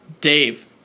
dave